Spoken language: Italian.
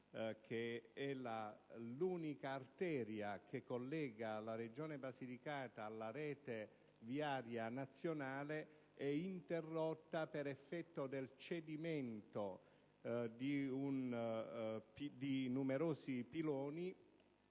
l'unica arteria che collega la Regione Basilicata alla rete viaria nazionale, è interrotta per effetto del cedimento di numerosi piloni